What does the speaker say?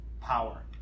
power